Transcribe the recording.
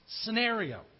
scenario